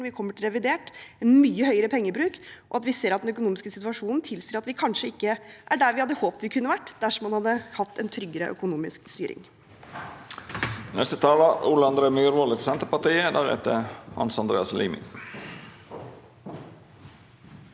vi ikke her og diskuterer en mye høyere pengebruk og at vi ser at den økonomiske situasjonen tilsier at vi kanskje ikke er der vi hadde håpet vi kunne ha vært dersom man hadde hatt en tryggere økonomisk styring.